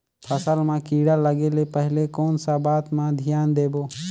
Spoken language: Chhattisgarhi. फसल मां किड़ा लगे ले पहले कोन सा बाता मां धियान देबो?